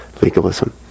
legalism